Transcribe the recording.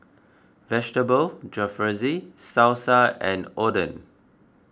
Vegetable Jalfrezi Salsa and Oden